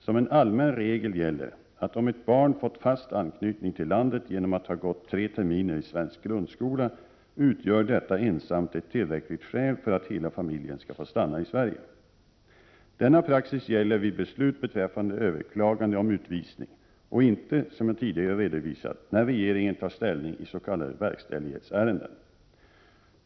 Som en allmän regel gäller, att om ett barn fått fast anknytning till 7 landet genom att ha gått tre terminer i svensk grundskola, utgör detta ensamt ett tillräckligt skäl för att hela familjen skall få stanna i Sverige. Denna praxis gäller vid beslut beträffande överklagande om utvisning och inte, som jag tidigare redovisat, när regeringen tar ställning i s.k. verkställighetsärenden.